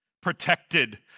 protected